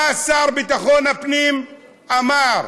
מה השר לביטחון הפנים אמר?